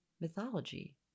mythology